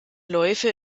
läufe